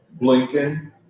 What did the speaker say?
Blinken